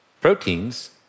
Proteins